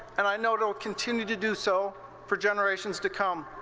and i know it'll continue to do so for generations to come.